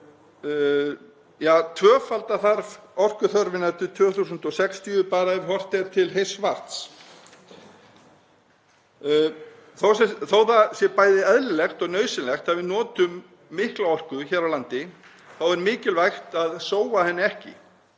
að tvöfalda þarf orkuþörfina til 2060 bara ef horft er til heits vatns. Þó að það sé bæði eðlilegt og nauðsynlegt að við notum mikla orku hér á landi þá er mikilvægt að sóa henni ekki.